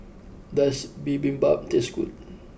does Bibimbap taste good